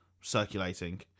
circulating